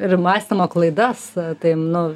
ir mąstymo klaidas tai nu